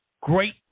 great